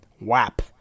WAP